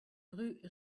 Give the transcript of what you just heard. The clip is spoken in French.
rue